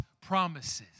promises